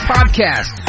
Podcast